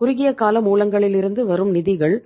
குறுகிய கால மூலங்களிலிருந்து வரும் நிதிகள்